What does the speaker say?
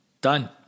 done